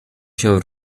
się